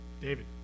David